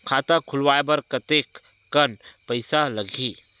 खाता खुलवाय बर कतेकन पईसा लगही?